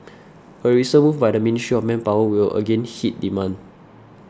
a recent move by the Ministry of Manpower will again hit demand